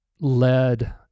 led